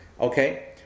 Okay